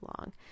long